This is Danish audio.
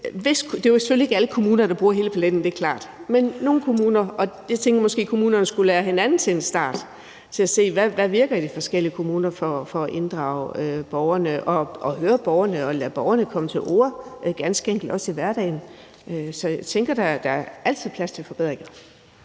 Det er selvfølgelig ikke alle kommuner, der bruger hele paletten; det er klart, men det gør nogle kommuner. Og jeg tænker, at kommunerne måske skulle lære af hinanden til en start for at se, hvad der virker i de forskellige kommuner i forhold til at inddrage borgerne, høre borgerne og lade borgerne komme til orde, ganske enkelt også i hverdagen. Så jeg tænker da, at der altid er plads til forbedringer.